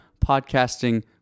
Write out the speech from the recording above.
podcasting